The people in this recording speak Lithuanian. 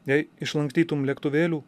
jei išlankstytum lėktuvėlių